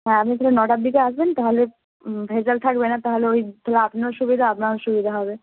হ্যাঁ আপনি তাহলে নটার দিকে আসবেন তাহলে থাকবে না তাহলে ওই তাহলে আপনার সুবিধা আপনারও সুবিধা হবে